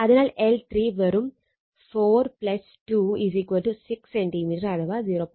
അതിനാൽ L3 വെറും 4 2 6 centimetre അഥവാ 0